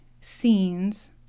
scenes